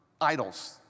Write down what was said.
idols